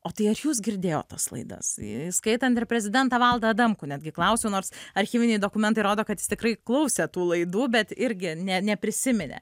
o tai ar jūs girdėjot tas laidas įskaitant ir prezidentą valdą adamkų netgi klausiau nors archyviniai dokumentai rodo kad jis tikrai klausė tų laidų bet irgi ne neprisiminė